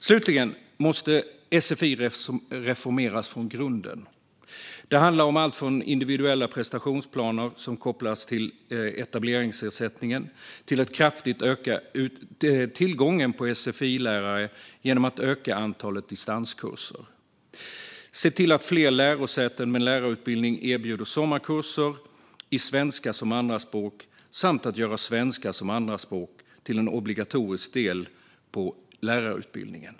Slutligen måste sfi reformeras från grunden. Det handlar om allt från individuella prestationsplaner som kopplas till etableringsersättningen till att kraftigt öka tillgången på sfi-lärare genom att öka antalet distanskurser. Vidare behöver man se till att fler lärosäten med lärarutbildning erbjuder sommarkurser i svenska som andraspråk, och svenska som andraspråk ska göras till en obligatorisk del på lärarutbildningen.